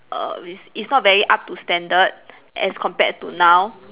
err it's it's not very up to standard as compared to now